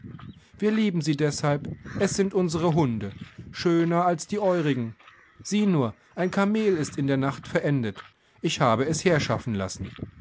wir lieben sie deshalb es sind unsere hunde schöner als die eurigen sieh nur ein kamel ist in der nacht verendet ich habe es herschaffen lassen